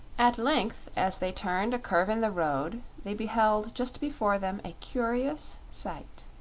at length as they turned a curve in the road they beheld just before them a curious sight.